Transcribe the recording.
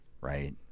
right